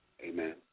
Amen